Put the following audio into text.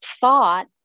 thought